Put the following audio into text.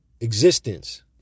existence